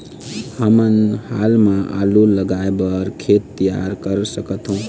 हमन हाल मा आलू लगाइ बर खेत तियार कर सकथों?